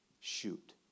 shoot